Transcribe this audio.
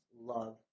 love